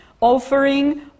offering